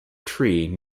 tree